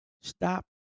stop